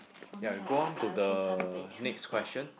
ya we go on to the next question